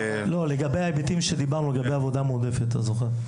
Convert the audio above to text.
לגבי ההיבטים שדיברנו לגבי עבודה מועדפת אם אתה זוכר.